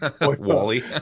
Wally